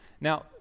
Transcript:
now